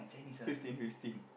fifteen fifty